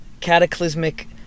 cataclysmic